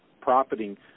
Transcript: profiting